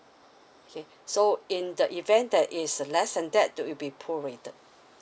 okay so in the event that it's less than that it'll be prorated